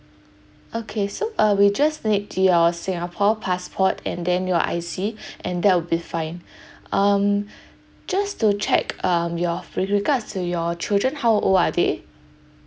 okay so uh we just need your singapore passport and then your I_C and that will be fine um just to check um your with regards to your children how old are they